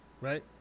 right